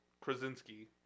Krasinski